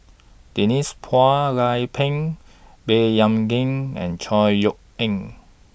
Denise Phua Lay Peng Baey Yam Keng and Chor Yeok Eng